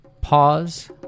pause